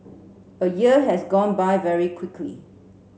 a year has gone by very quickly